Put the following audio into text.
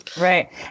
Right